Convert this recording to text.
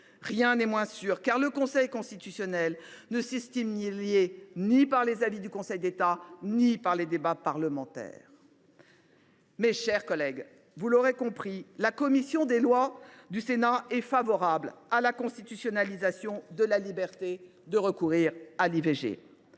Rien n’est moins sûr, car le Conseil constitutionnel ne s’estime lié ni par les avis du Conseil d’État ni par les débats parlementaires. Mes chers collègues, vous l’aurez compris, la commission des lois du Sénat est favorable à la constitutionnalisation de la liberté de recourir à l’IVG.